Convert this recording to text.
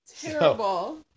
Terrible